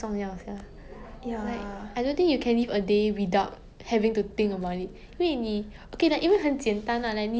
and you know 我看那种 drama like 很 cliche lah but it's always 那种很穷的人会被 like 其他人踩到